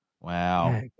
wow